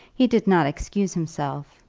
he did not excuse himself.